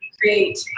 create